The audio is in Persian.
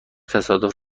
تصادف